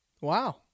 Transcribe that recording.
Wow